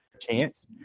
chance